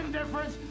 difference